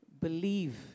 believe